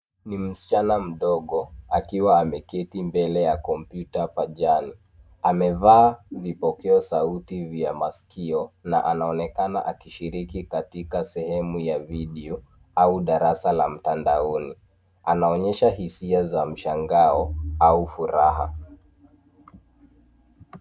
Ni msichana mdogo akiwa ameketi mbele ya kompyuta pajani. Amevaa vipokeo sauti vya maskio, na anaonekana akishiriki katika sehemu ya video au darasa la mtandaoni. Anaonyesha hisia za mshangao ,au furaha.